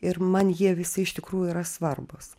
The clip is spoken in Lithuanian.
ir man jie visi iš tikrųjų yra svarbūs